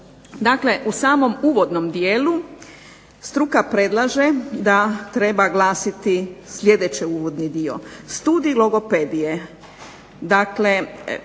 Dakle, u samom uvodnom dijelu struka predlaže da treba glasiti sljedeće uvodni dio. Studij logopedije,